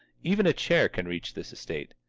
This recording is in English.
even a chair can reach this estate.